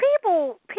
people